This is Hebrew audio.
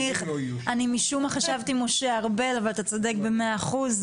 אני משום מה חשבתי משה ארבל אבל אתה צודק במאה אחוז,